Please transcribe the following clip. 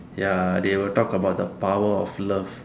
ya they will talk about the power of love